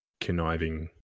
conniving